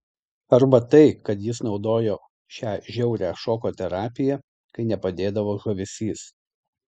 arba tai kad jis naudojo šią žiaurią šoko terapiją kai nepadėdavo žavesys